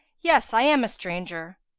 yes, i am a stranger.